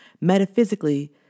Metaphysically